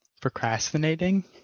Procrastinating